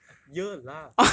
a ya lah